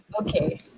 Okay